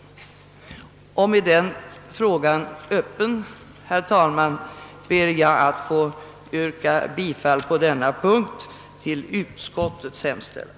Med den frågan öppen, herr talman, ber jag att få yrka bifall på denna punkt till utskottets hemställan.